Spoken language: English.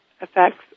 affects